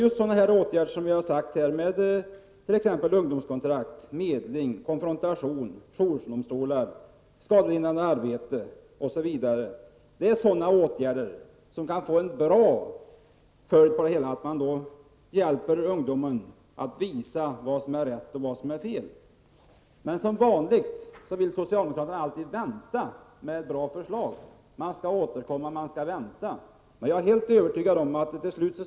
Just de åtgärder som vi föreslår, t.ex. ungdomskontrakt, medling, konfrontation, jourdomstolar och skadelindrande arbete, kan ge goda effekter. Man visar helt enkelt ungdomar vad som är rätt resp. fel. Som vanligt vill dock socialdemokraterna alltid vänta med att genomföra bra förslag. De säger ofta att de skall återkomma i frågan.